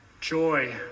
joy